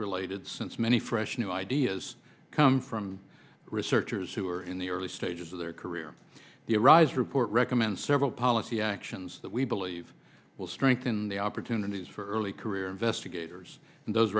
related since many fresh new ideas come from researchers who are in the early stages of their career the rise report recommends several policy actions that we believe will strengthen the opportunities for early career investigators and those